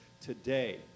today